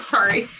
Sorry